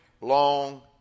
Long